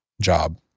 job